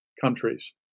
countries